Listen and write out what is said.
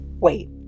Wait